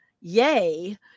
yay